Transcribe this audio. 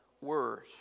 word